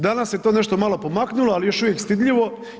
Danas se to nešto malo pomaknulo, ali još uvijek stidljivo.